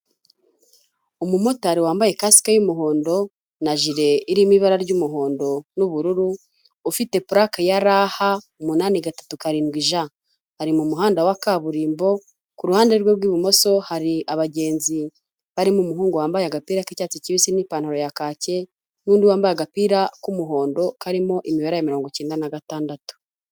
Umumotari wambaye kasike y'umuhondo. na jire irimo ibara ry'umuhondo n'ubururu, ufite parake ya rh umunani gatatu karindwi j. Ari mu muhanda wa kaburimbo, kuruhande rwe rw'ibumoso hari abagenzi, barimo umuhungu wambaye agapira k'icyatsi kibisi n'ipantaro ya kacye, n'undi wambaye agapira k'umuhondo, karimo imibare ya mirongo icyenda na gatandatu.